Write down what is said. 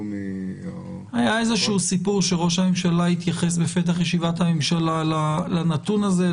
היה איזשהו סיפור שראש הממשלה התייחס בפתח ישיבת הממשלה לנתון הזה.